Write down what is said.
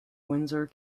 windsor